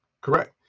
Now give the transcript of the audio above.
Correct